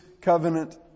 covenant